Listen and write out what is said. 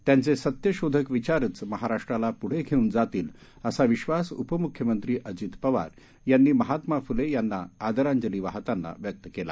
त्यांचे सत्यशोधक विचारच महाराष्ट्राला पुढे घेऊन जातील असा विश्वास उपमुख्यमंत्री अजित पवार यांनी महात्मा फुले यांना आदरांजली वाहताना व्यक्त केला